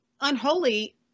unholy